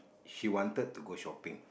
she wanted to go shopping